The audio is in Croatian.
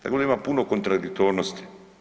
Tako da ima puno kontradiktornosti.